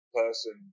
person